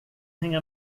hänga